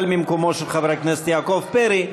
אבל במקומו של חבר הכנסת יעקב פרי.